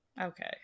okay